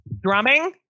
Drumming